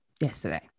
yesterday